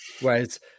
Whereas